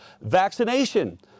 vaccination